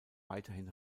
weiterhin